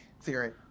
theory